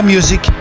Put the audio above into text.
Music